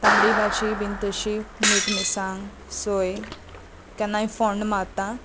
तांबडी भाजी बीन तशी मीठ मिरसांग सोय केन्नाय फोण्ण मारता